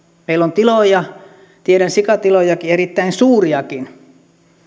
meillä on tiloja tiedän sikatilojakin erittäin suuriakin